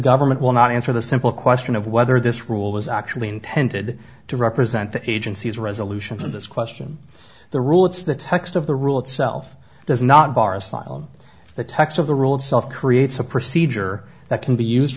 government will not answer the simple question of whether this rule was actually intended to represent the agency's resolution of this question the rule it's the text of the rule itself does not bar asylum the text of the rule itself creates a procedure that can be used